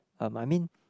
um I mean